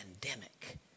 pandemic